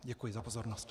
Děkuji za pozornost.